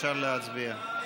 אפשר להצביע.